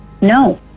No